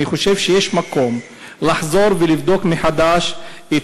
אני חושב שיש מקום לחזור ולבדוק מחדש את